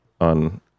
on